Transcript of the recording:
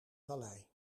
vallei